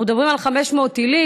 אנחנו מדברים על 500 טילים,